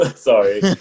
Sorry